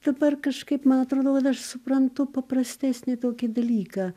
dabar kažkaip man atrodo kad aš suprantu paprastesnį tokį dalyką